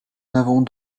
n’avons